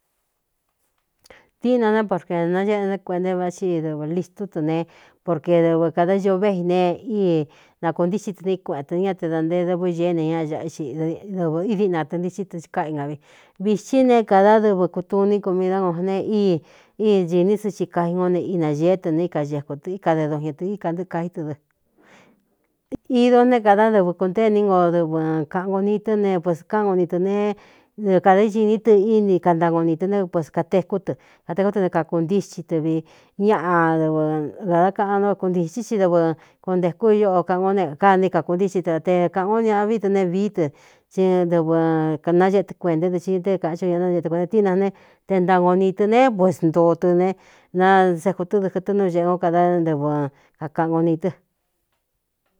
Tína n por néꞌna vái dɨv listú tɨ ne porkē dɨvɨ kādā ñoovéꞌ ine ii na kuntíxin tɨ ní kueꞌen tɨ̄ né́ ña te da ntee dɨvɨ ñeé ne ña áꞌa xi dɨvɨ í diꞌnatɨ̄ntítí tɨ ikáꞌi nga vi vitsí ne kāda dɨvɨ kūtuní ku mi dá no ne í í nchiní sɨ ci kai no ne ínañēé tɨ né kaēkuɨikade dun ñatɨíkanɨɨkaí tɨ dɨdó ne kada dɨvɨ kutéení no dɨvɨ kaꞌan go n tɨ́ ne pus kán o nii ɨ ne dɨɨ kādā íiní tɨ íni kantagoo ni tɨ́ né ps kātekú tɨ kata koó te ne kakuntixi tɨ vi ñaꞌa ɨvɨ ādá kaꞌan o o kuntixí i dɨvɨ kontēkú u óꞌo kaꞌan ó ne kánié kakuntíxin tɨa te kāꞌān ó ñaꞌa vi tɨ ne vií tɨ tsí dɨvɨ naéꞌe tɨ kuenta é dɨxɨɨ té kāꞌan cí o ñaꞌ náée ɨ kuēnta tíina ne te ntagoo nii tɨ ne pues ntoo tɨ ne nasékutɨ dɨkɨtɨ núeꞌe ngo kada ntɨvɨ kakaꞌan go ni tɨ.